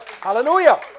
Hallelujah